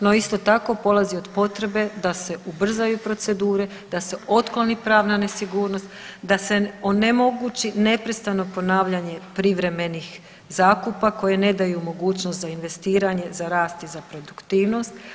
No, isto tako polazi od potrebe da se ubrzaju procedure, da se otkloni pravna nesigurnost, da se onemogući neprestano ponavljanje privremenih zakupa koji ne daju mogućnost za investiranje, za rast i za produktivnost.